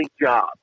job